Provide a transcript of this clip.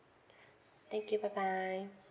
thank you bye bye